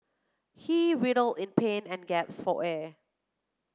he writhed in pain and gasped for air